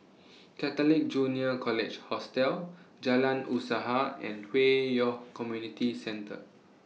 Catholic Junior College Hostel Jalan Usaha and Hwi Yoh Community Centre